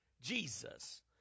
Jesus